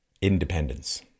independence